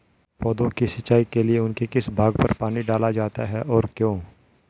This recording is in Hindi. पौधों की सिंचाई के लिए उनके किस भाग पर पानी डाला जाता है और क्यों?